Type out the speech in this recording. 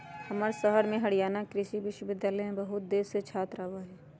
हमर शहर में हरियाणा कृषि विश्वविद्यालय में बहुत देश से छात्र आवा हई